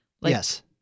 Yes